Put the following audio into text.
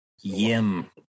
Yim